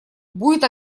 будет